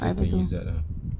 panggil izzat ah